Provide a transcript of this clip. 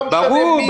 לא משנה מי.